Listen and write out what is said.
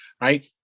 right